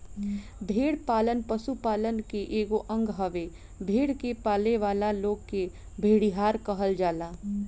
भेड़ पालन पशुपालन के एगो अंग हवे, भेड़ के पालेवाला लोग के भेड़िहार कहल जाला